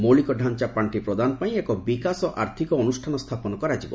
ମୌଳିକଡାଞ୍ଚା ପାଣ୍ଠି ପ୍ରଦାନ ପାଇଁ ଏକ ବିକାଶ ଆର୍ଥିକ ଅନୁଷ୍ଠାନ ସ୍ଥାପନ କରାଯିବ